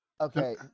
okay